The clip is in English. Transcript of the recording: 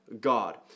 God